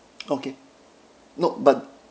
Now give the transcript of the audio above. okay no but